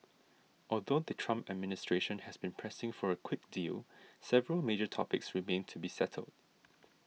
although the Trump administration has been pressing for a quick deal several major topics remain to be settled